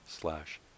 slash